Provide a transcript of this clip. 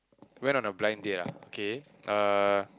went on a blind date ah okay uh